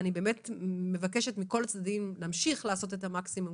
אני מבקשת מכל הצדדים להמשיך לעשות את המקסימום,